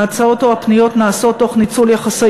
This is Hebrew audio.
ההצעות או הפניות נעשות תוך ניצול יחסי